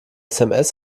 sms